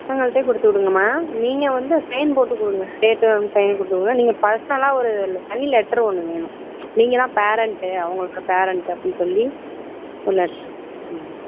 பசங்கள்கிட்டே கொடுத்துவுடுங்கம்மா நீங்கள் வந்து சைன் போட்டு கொடுங்க டேட்டும் சைன் போட்டுவிடுங்க நீங்கள் பர்ஸ்னலாக ஒரு லெ தனி லெட்ரு ஒன்று வேணும் நீங்கள் தான் பேரண்ட்டு அவங்களோட பேரண்ட்டு அப்படின்னு சொல்லி ஒரு லெட்ரு ம்